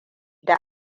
da